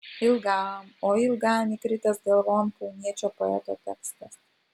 ilgam oi ilgam įkritęs galvon kauniečio poeto tekstas